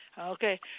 Okay